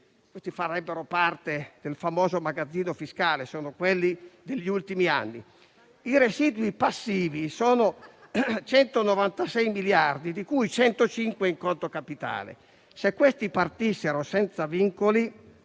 che farebbero parte del famoso magazzino fiscale (sono quelli degli ultimi anni). I residui passivi sono 196 miliardi, di cui 105 in conto capitale. Se questi partissero senza vincoli